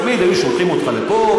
תמיד היו שולחים אותך לפה,